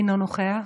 אינו נוכח,